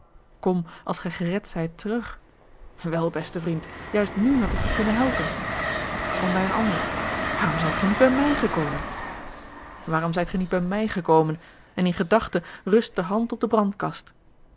kom als gij gered zijt terug wel beste vriend juist nu had ik je kunnen helpen kom bij een ander waarom zijt ge niet bij mij gekomen waarom zijt ge niet bij mij gekomen en in gedachte rust de hand op de brandkast